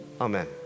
Amen